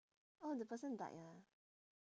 oh the person died ah